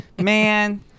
Man